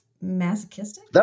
masochistic